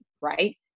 right